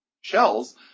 shells